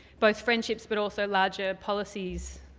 both friendships but also larger policies